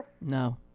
No